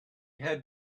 had